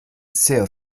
sehr